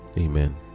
Amen